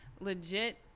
legit